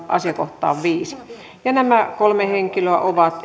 asiakohtaan viisi nämä kolme henkilöä ovat